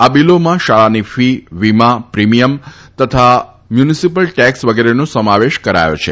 આ બીલોમાં શાળાની ફી વીમા પ્રિમીયમ અને મ્યુનીસીપલ ટેક્સ વગેરેનો સમાવેશ કરાયો છે